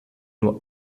nur